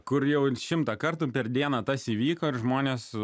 kur jau šimtą kartų per dieną tas įvyko ir žmonės